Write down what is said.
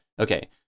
Okay